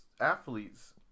athletes